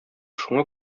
шуңа